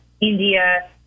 India